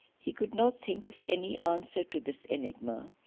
he could not think of any answer to this enigma,